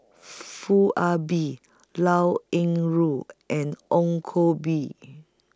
Foo Ah Bee Liao Yingru and Ong Koh Bee